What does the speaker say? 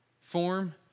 form